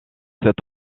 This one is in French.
cet